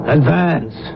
Advance